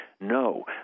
No